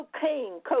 Cocaine